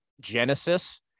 Genesis